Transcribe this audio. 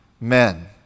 men